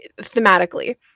thematically